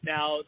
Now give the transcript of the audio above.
Now